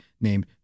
named